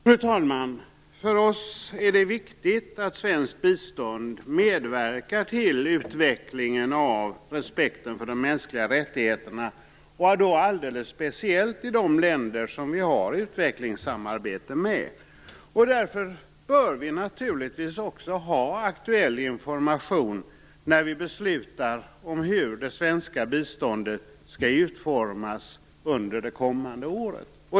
Fru talman! För oss är det viktigt att svenskt bistånd medverkar till utveckling av respekten för de mänskliga rättigheterna, alldeles speciellt i de länder som vi har utvecklingssamarbete med. Vi bör därför naturligtvis också ha aktuell information när vi beslutar om hur det svenska biståndet skall utformas under det kommande året.